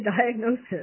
diagnosis